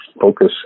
focus